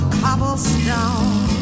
cobblestone